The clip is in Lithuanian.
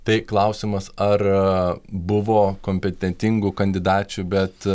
tai klausimas ar buvo kompetentingų kandidačių bet